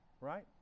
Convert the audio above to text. right